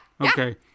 Okay